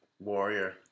Warrior